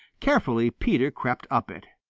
carefully peter crept up it.